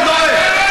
אתה דואג,